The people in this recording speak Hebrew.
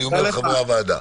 אני אומר לחברי הוועדה: